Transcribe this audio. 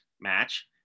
match